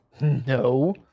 No